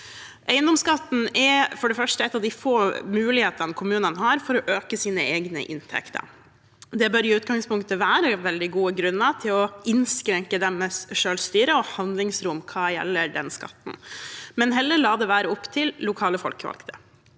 Eiendomsskatten er for det første en av de få mulighetene kommunene har for å øke sine egne inntekter. Det bør i utgangspunktet være veldig gode grunner til å innskrenke deres selvstyre og handlingsrom hva gjelder den skatten. Man bør heller la det være opp til lokale folkevalgte.